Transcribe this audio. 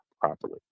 properly